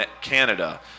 Canada